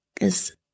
Cause